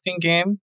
game